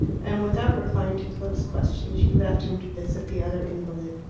and without replying to philip's question she left him to visit the other invalid.